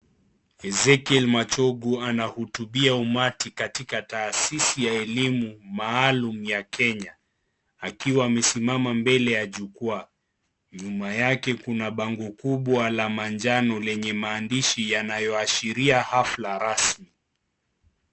Ezekiel Machogu, anahutubia umati katika taasisi ya elimu maalum ya Kenya. Akiwa amesimama mbele ya jukua. Nyuma yake kuna bango kubwa la manjano lenye mandishi yanayoashiria hafla rasmi.